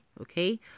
okay